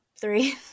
three